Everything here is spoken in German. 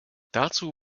dazu